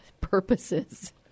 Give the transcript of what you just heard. purposes